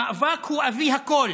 המאבק הוא אבי הכול: